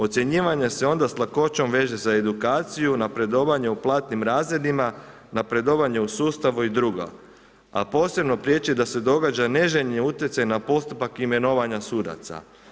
Ocjenjivanje se onda s lakoćom veže za edukaciju, napredovanje u platnim razredima, napredovanje u sustavu i drugo, a posebno priječi da se događa neželjeni utjecaj na postupak imenovanja sudaca.